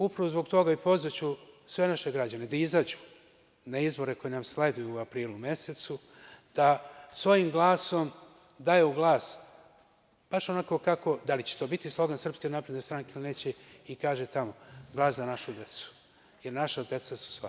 Upravo zbog toga pozvaću sve naše građane da izađu na izbore koji nam sleduju u aprilu mesecu, da svojim glasom daju glas, da li će to biti slogan SNS ili neće, i kaže tamo - glas za našu decu, jer naša deca su sva.